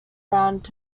around